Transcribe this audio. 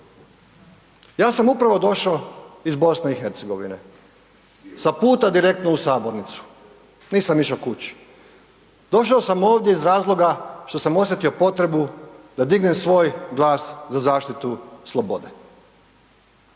Ja sam upravo došao iz BiH, sa puta direktno u sabornicu, nisam išao kući. Došao sam ovdje iz razloga što sam osjetio potrebu da dignem svoj glas za zaštitu slobode.